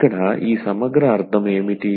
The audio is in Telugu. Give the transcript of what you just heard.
ఇక్కడ ఈ సమగ్ర అర్థం ఏమిటి